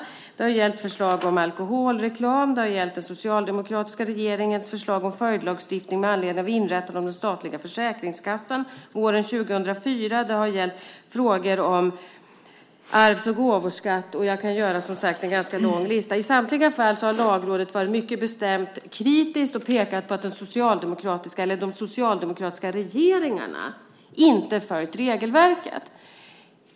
Det har gällt förslag om alkoholreklam. Det har gällt den socialdemokratiska regeringens förslag om följdlagstiftning med anledning av inrättandet av den statliga Försäkringskassan våren 2004. Det har gällt frågor om arvs och gåvoskatt. Jag kan, som sagt, göra en ganska lång lista. I samtliga fall har Lagrådet varit mycket kritiskt och pekat på att de socialdemokratiska regeringarna inte följt regelverket.